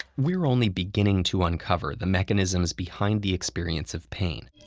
we're only beginning to uncover the mechanisms behind the experience of pain,